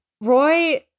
Roy